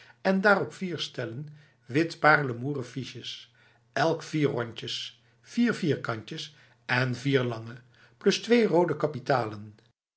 en daarop vier stellen wit paarlemoeren fiches elk vier rondjes vier vierkantjes en vier lange plus twee rode kapitalen'l